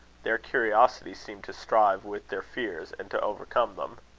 their curiosity seemed to strive with their fears, and to overcome them.